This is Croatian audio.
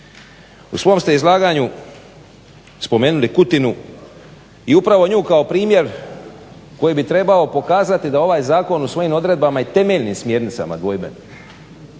U svom ste izlaganju spomenuli Kutinu, i u pravo nju kao primjer koji bi trebao pokazati da ovaj zakon u svojim odredbama i temeljnim smjernicama dvojbe,